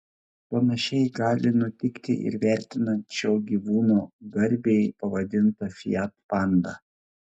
panašiai gali nutikti ir vertinant šio gyvūno garbei pavadintą fiat pandą